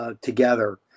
Together